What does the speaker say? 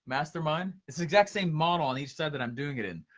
mastermind. it's the exact same model on each side, that i'm doing it in.